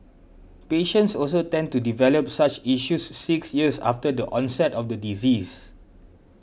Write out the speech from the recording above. patients also tend to develop such issues six years after the onset of the disease